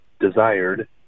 desired